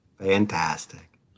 Fantastic